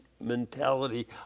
mentality